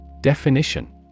Definition